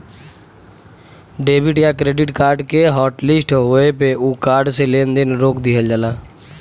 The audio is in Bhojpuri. डेबिट या क्रेडिट कार्ड के हॉटलिस्ट होये पे उ कार्ड से लेन देन रोक दिहल जाला